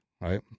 right